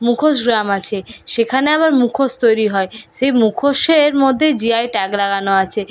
মুখোশ গ্রাম আছে সেখানে আবার মুখোশ তৈরি হয় সেই মুখোশের মধ্যে জিআই ট্যাগ লাগানো আছে